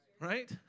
right